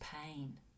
pain